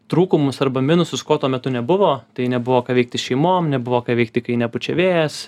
trūkumus arba minusus ko tuo metu nebuvo tai nebuvo ką veikti šeimom nebuvo ką veikti kai nepučia vėjas